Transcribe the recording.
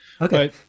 Okay